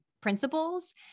principles